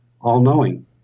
all-knowing